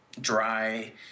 dry